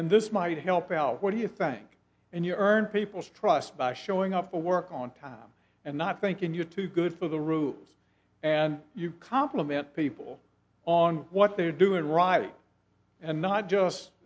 and this might help out what do you think and you earn people's trust by showing up to work on time and not thinking you're too good for the roots and you compliment people on what they're doing right and not just